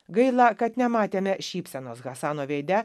gaila kad nematėme šypsenos hasano veide